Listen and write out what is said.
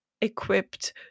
equipped